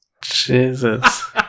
Jesus